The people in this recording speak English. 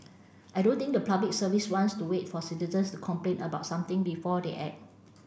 I don't think the Public Service wants to wait for citizens to complain about something before they act